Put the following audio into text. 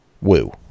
Woo